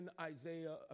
Isaiah